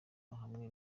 hamwe